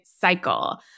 cycle